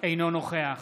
אינו נוכח